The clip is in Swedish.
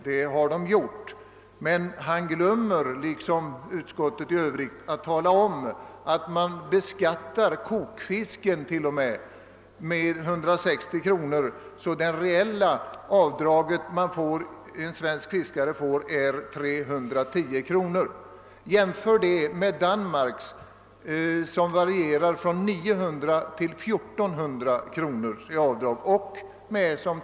Men herr Brandt glömmer liksom utskottet i övrigt att tala om att man beskattar t.o.m. kokfisken med 160 kronor. Det reella avdrag som en svensk fiskare får är 310 kronor. Om man jämför detta med förhållandena i Danmark, finner man att avdraget där varierar mellan 900 och 1400 kronor.